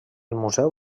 museu